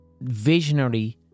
visionary